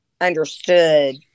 Understood